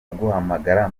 kuguhamagara